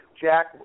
Jack